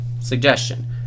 suggestion